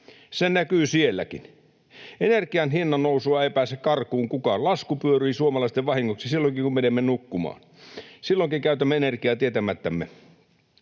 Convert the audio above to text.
Se näkyy sielläkin. Energian hinnannousua ei pääse karkuun kukaan. Lasku pyörii suomalaisten vahingoksi silloinkin, kun menemme nukkumaan. Silloinkin käytämme energiaa tietämättämme.